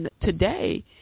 today